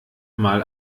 mal